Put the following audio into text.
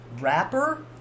rapper